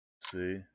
see